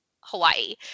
hawaii